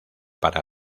para